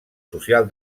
social